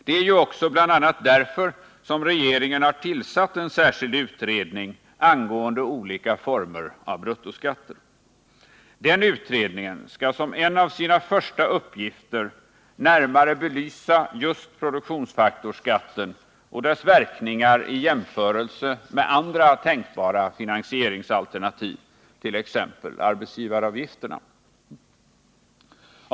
Det är också bl.a. därför som regeringen har tillsatt en särskild utredning angående olika former av bruttoskatter. Den utredningen skall som en av sina första uppgifter närmare belysa just produktionsfaktorsskatten och dess verkningar i jämförelse med andra tänkbara finansieringsalternativ, t.ex. arbetsgivaravgifterna.